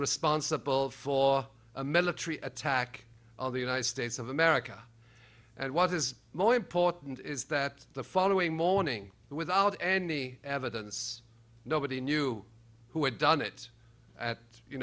responsible for a military attack on the united states of america and what is more important is that the following morning without any evidence nobody knew who had done it at you